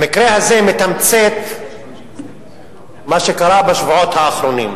המקרה הזה מתמצת מה שקרה בשבועות האחרונים.